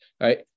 right